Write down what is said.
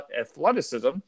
athleticism